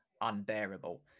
unbearable